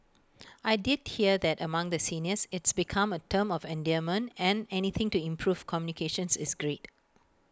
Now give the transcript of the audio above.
I did hear that among the seniors it's become A term of endearment and anything to improve communications is great